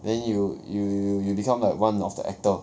then you you you you become like one of the actor